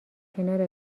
کنار